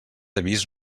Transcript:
avís